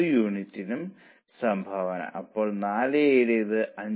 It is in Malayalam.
അതിനാൽ പുതിയ നിരക്ക് എന്തായാലും ക്ഷമിക്കണം പുതിയ മണിക്കൂർ അതായത് x അത് 0